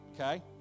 okay